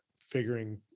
figuring